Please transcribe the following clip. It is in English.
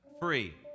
free